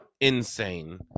insane